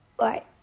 Right